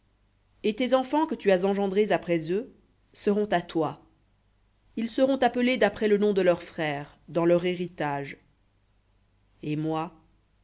et tes enfants que tu as engendrés après eux seront à toi ils seront appelés d'après le nom de leurs frères dans leur héritage et moi